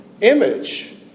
image